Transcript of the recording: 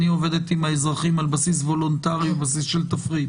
אני עובדת עם האזרחים על בסיס וולונטרי ובסיס של תפריט?